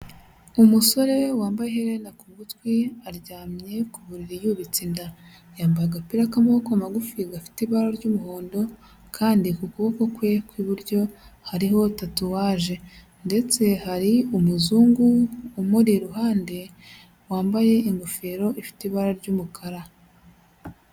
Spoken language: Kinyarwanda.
Umusore wambaye iherena ku gutwi aryamye ku buriri yubitse inda, yambaye agapira k'amaboko magufi gafite ibara ry'umuhondo kandi ku kuboko kwe kw'iburyo hariho tatuwaje ndetse hari umuzungu umuri iruhande wambaye ingofero ifite ibara ry'umukara.